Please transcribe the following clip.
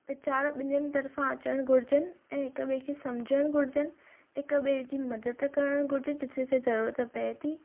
वीचार ॿिननि तरफ़ां अचणु घुरिजनि ऐं हिकु ॿे खे समुझणु घुरिजनि हिकु ॿे जी मदद करणु घुरिजे जिथे जिथे ज़रूरत पए थी